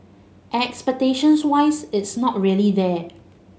expectations wise it's not really there